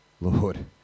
Lord